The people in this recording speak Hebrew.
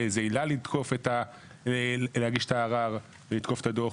ובאיזו עילה להגיש את הערר ולתקוף את הדוח.